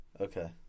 Okay